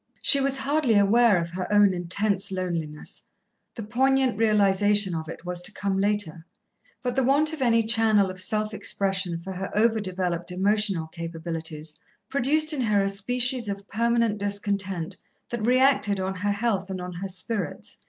she was hardly aware of her own intense loneliness the poignant realization of it was to come later but the want of any channel of self-expression for her over-developed emotional capabilities produced in her a species of permanent discontent that reacted on her health and on her spirits,